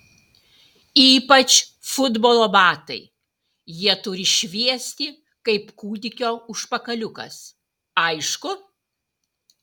ypač futbolo batai jie turi šviesti kaip kūdikio užpakaliukas aišku